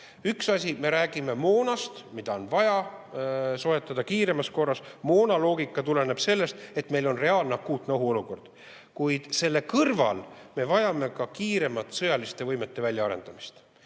Üks asi: me räägime moonast, mida on vaja soetada kiiremas korras. Moonaloogika tuleneb sellest, et meil on reaalne akuutne ohuolukord. Kuid selle kõrval me vajame ka kiiremat sõjaliste võimete väljaarendamist.